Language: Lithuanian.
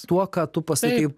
tuo ką tu pasakei